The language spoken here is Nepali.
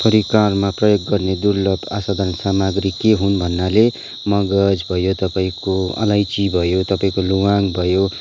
परिकारमा प्रयोग गर्ने दुर्लभ असाधारण सामग्री के हुन भन्नले मगज भयो तपाईँको अलैँची भयो तपाईँको ल्वाङ भयो